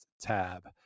tab